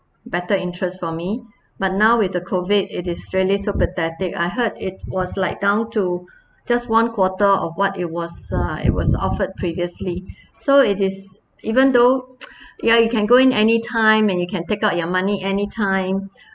better interest for me but now with the COVID it is really so pathetic I heard it was like down to just one quarter of what it was uh it was offered previously so it is even though ya you can go in any time and you can take out your money anytime